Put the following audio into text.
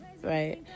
right